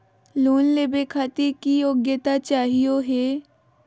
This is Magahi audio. लोन लेवे खातीर की योग्यता चाहियो हे?